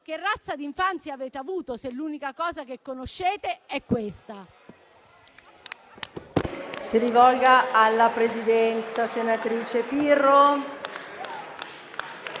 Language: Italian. che razza di infanzia avete avuto, se l'unica cosa che conoscete è questa.